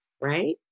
right